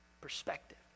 Perspective